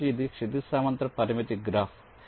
కాబట్టి ఇది క్షితిజ సమాంతర పరిమితి గ్రాఫ్